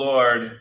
Lord